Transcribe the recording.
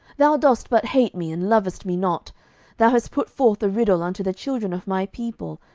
thou dost but hate me, and lovest me not thou hast put forth a riddle unto the children of my people,